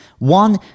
One